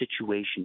situation